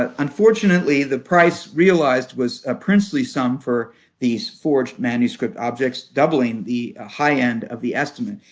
ah unfortunately, the price realized was a princely sum for these forged manuscript objects doubling the ah high end of the estimate,